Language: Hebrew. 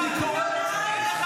היא הודאה לא קבילה.